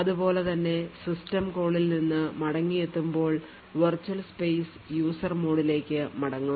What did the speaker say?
അതുപോലെ തന്നെ സിസ്റ്റം കോളിൽ നിന്ന് മടങ്ങിയെത്തുമ്പോൾ വിർച്വൽ സ്പേസ് user മോഡിലേക്ക് മടങ്ങും